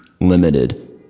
limited